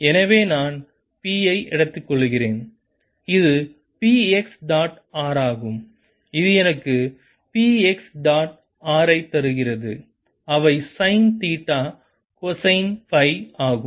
எனவே நான் P ஐ எடுத்துக்கொள்கிறேன் இது P x டாட் r ஆகும் இது எனக்கு P x டாட் r ஐ தருகிறது அவை சைன் தீட்டா கொசைன் சை ஆகும்